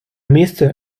місце